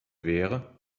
wäre